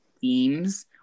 themes